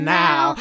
now